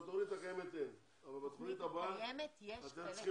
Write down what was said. בתוכנית הקיימת אין --- בתוכנית הקיימת יש חלק